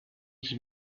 sie